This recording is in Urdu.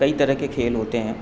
کئی طرح کے کھیل ہوتے ہیں